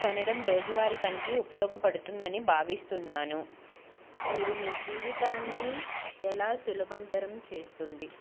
కొనడం రోజువారి పనికి ఉపయోగపడుతుందని భావిస్తున్నాను మీరు మీ జీవితాన్ని ఎలా సులభంతరం చేస్తుంది